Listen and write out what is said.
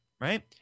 right